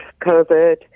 COVID